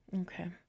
Okay